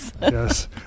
Yes